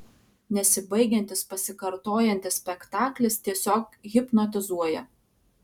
nesibaigiantis pasikartojantis spektaklis tiesiog hipnotizuoja